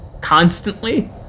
constantly